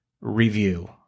review